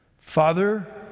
Father